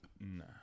Nah